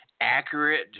Accurate